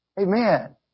Amen